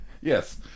yes